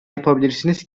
yapabilirsiniz